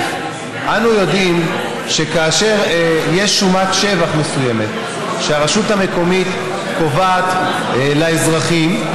אנו יודעים שכאשר יש שומת שבח מסוימת והרשות המקומית קובעת לאזרחים,